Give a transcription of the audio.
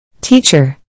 Teacher